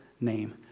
name